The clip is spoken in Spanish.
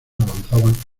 avanzaban